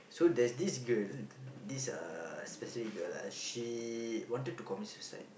so there's this girl this uh specific girl uh she wanted to commit suicide